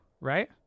right